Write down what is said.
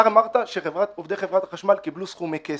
אתה אמרת שעובדי חברת החשמל קיבלו סכומי כסף.